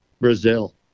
Brazil